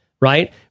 right